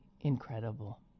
incredible